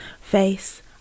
face